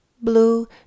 Blue